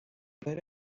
poder